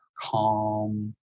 calm